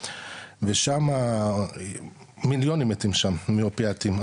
ושמה מיליונים מתים שם מאופיאטים,